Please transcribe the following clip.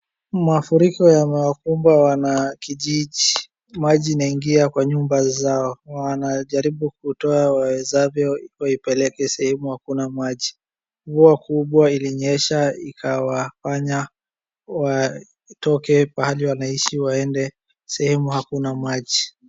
Mafuriko yamewakumba wanakijiji, maji inaingia kwa nyumba zao. Wanajaribu kutoa waezavyo waipeleke sehemu hakuna maji. Mvua kubwa ilinyesha ikawafanaya watoke pahali wanaishi waende sehemu hakuna maji.